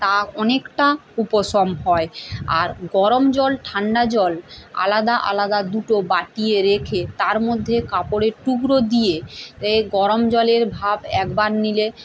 তা অনেকটা উপশম হয় আর গরম জল ঠান্ডা জল আলাদা আলাদা দুটো বাটিয়ে রেখে তার মধ্যে কাপড়ের টুকরো দিয়ে এ গরম জলের ভাপ একবার নিলে